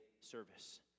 service